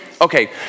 Okay